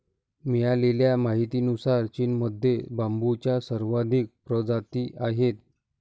मिळालेल्या माहितीनुसार, चीनमध्ये बांबूच्या सर्वाधिक प्रजाती आहेत